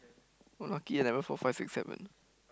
lucky never four five six seven